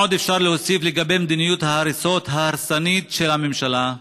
מה עוד אפשר להוסיף לגבי מדיניות ההריסות ההרסנית של הממשלה?